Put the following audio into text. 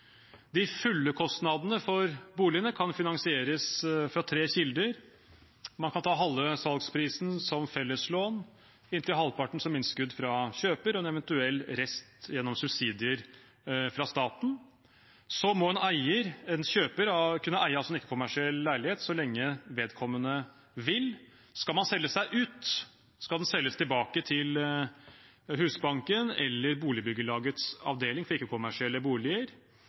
De fulle kostnadene for boligene kan finansieres fra tre kilder: Man kan ta halve salgsprisen som felleslån, inntil halvparten som innskudd fra kjøper og en eventuell rest gjennom subsidier fra staten. Så må en eier – en kjøper – kunne eie en ikke-kommersiell leilighet så lenge vedkommende vil. Skal man selge seg ut, skal den selges tilbake til Husbanken eller boligbyggelagets avdeling for ikke-kommersielle boliger.